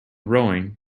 rowing